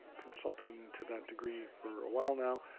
consulting to that degree for a while now,